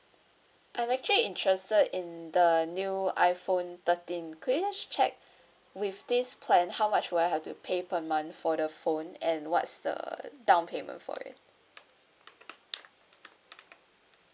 I'm actually interested in the new iphone thirteen could you just check with this plan how much will I have to pay per month for the phone and what's the down payment for it